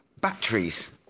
batteries